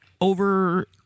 over